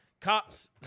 Cops